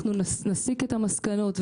נסיק את המסקנות.